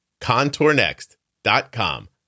Contournext.com